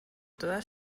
toda